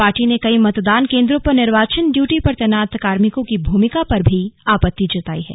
party ने कई मतदान केंद्रों पर निर्वाचन ड्यूटी पर तैनात कार्मिकों की भूमिका पर भी आपत्ति जताई है